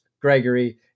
Gregory